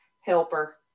helper